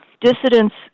dissidents